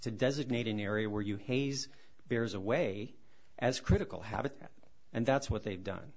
to designate an area where you hayes bears away as critical habitat and that's what they've done